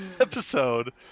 episode